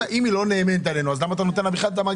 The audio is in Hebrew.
אם היא לא נאמנה עלינו אז למה אתה נותן לה בכלל את שמירת המאגר?